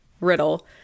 Riddle